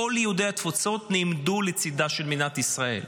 כל יהודי התפוצות נעמדו לצידה של מדינת ישראל.